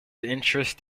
interest